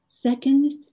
Second